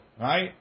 Right